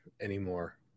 anymore